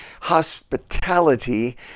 Hospitality